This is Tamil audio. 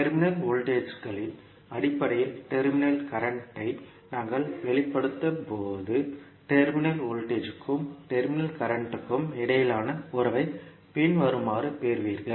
டெர்மினல் வோல்டேஜ்களின் அடிப்படையில் டெர்மினல் கரண்ட் ஐ நாங்கள் வெளிப்படுத்தும்போது டெர்மினல் வோல்டேஜ்கும் டெர்மினல் கரண்ட் க்கும் இடையிலான உறவை பின்வருமாறு பெறுவீர்கள்